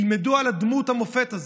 ילמדו על דמות המופת הזאת.